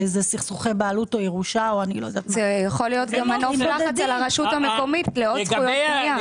זה יכול גם מנוף אצל הרשות המקומית לעוד זכויות בנייה.